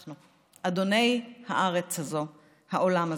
אנחנו, אדוני הארץ הזאת והעולם הזה,